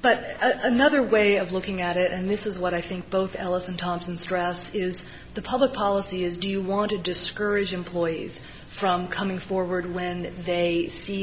but another way of looking at it and this is what i think both alison thompson stress is the public policy is do you want to discourage employees from coming forward when they see